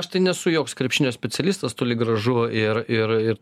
aš tai nesu joks krepšinio specialistas toli gražu ir ir ir